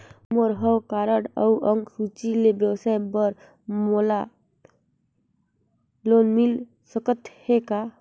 मोर हव कारड अउ अंक सूची ले व्यवसाय बर मोला लोन मिल सकत हे का?